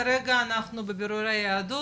כרגע אנחנו בבירורי היהדות,